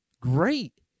Great